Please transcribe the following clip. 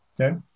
Okay